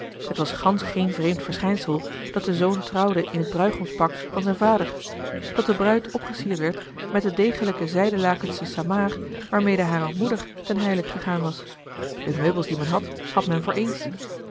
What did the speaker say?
het was gansch geen vreemd verschijnsel dat de zoon trouwde in het bruigomspak van zijn vader dat de bruid opgesierd werd met de degelijke zijde lakensche samaar waarmede hare moeder ten hijlik gegaan was de meubels die men had had men voor eens